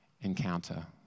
encounter